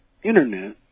internet